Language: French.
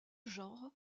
genre